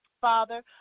Father